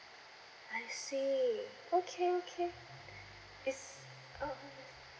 I see okay okay this